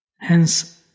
Hence